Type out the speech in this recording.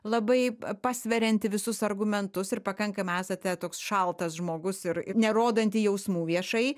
labai pasverianti visus argumentus ir pakankamai esate toks šaltas žmogus ir nerodanti jausmų viešai